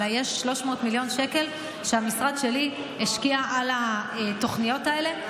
אבל היו 300 מיליון שקל שהמשרד שלי השקיע בתוכניות האלה.